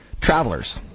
Travelers